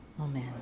Amen